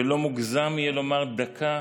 ולא מוגזם יהיה לומר דקה-דקה,